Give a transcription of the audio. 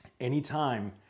Anytime